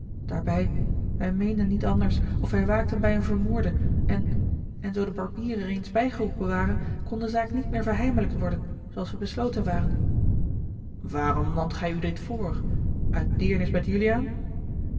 daarbij wij meenden niet anders of wij waakten bij een vermoorde en en zoo de barbier er eens bijgeroepen ware kon de zaak niet meer verheimelijkt worden zooals wij besloten waren waarom naamt gij u dit voor uit deernis met juliaan